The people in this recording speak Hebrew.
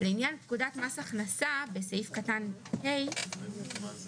לפטור ממס לפי הוראות סעיף 9(5)(א)